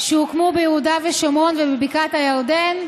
שהוקמו ביהודה ושומרון ובבקעת הירדן,